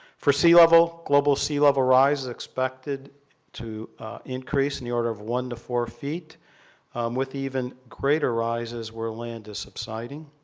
for sea level, global sea level rise is expected to increase in the order of one to four feet with even greater rises where land is subsiding.